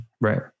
right